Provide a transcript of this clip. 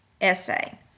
essay